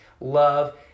love